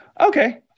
Okay